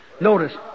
Notice